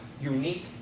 unique